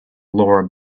laura